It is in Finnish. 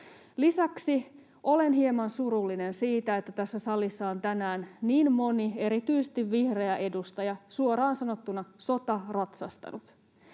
Lisäksi olen hieman surullinen siitä, että tässä salissa on tänään niin moni, erityisesti vihreä edustaja, suoraan sanottuna sotaratsastanut: